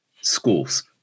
schools